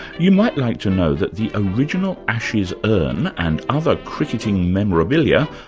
you might like to know that the original ashes urn and other cricketing memorabilia,